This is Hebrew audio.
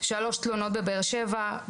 שלוש תלונות בבאר שבע,